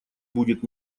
будет